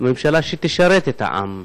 ממשלה שתשרת את העם.